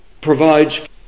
provides